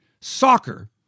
soccer